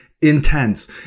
intense